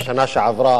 ובשנה שעברה